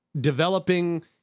developing